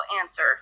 answer